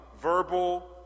verbal